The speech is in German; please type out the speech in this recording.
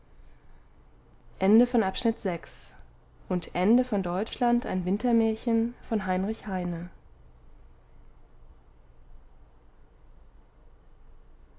of deutschland ein wintermaerchen by heinrich heine